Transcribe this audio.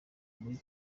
muri